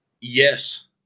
Yes